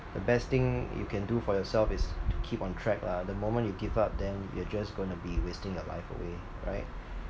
the best thing you can do for yourself is to keep on track lah the moment you give up then you're just gonna be wasting your life away right